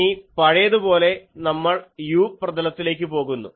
ഇനി പഴയതുപോലെ നമ്മൾ u പ്രതലത്തിലേക്ക് പോകുന്നു